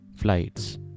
flights